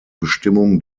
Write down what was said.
bestimmung